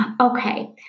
Okay